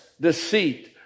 deceit